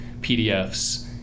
PDFs